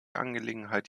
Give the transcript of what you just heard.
angelegenheit